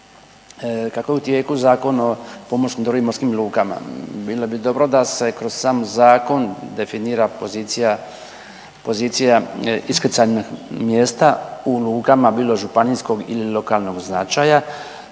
Kako je u tijeku Zakon o pomorskom dobru i morskim lukama bilo bi dobro da se kroz sam zakon definira pozicija, pozicija iskrcajnih mjesta u lukama bilo od županijskog ili lokalnog značaja